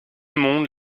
monde